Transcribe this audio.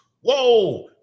whoa